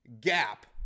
gap